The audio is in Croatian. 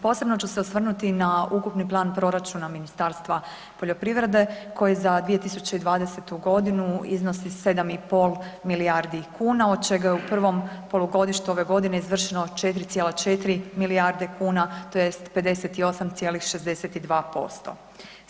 Posebno ću se osvrnuti na ukupni plan proračuna Ministarstva poljoprivrede koji za 2020. g. iznosi 7,5 milijardi kuna od čega je u prvom polugodištu ove godine izvršeno 4,4 milijarde kune tj. 58,62%